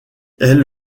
est